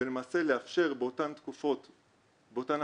ולמעשה לאפשר באותן החלופות שציינתי,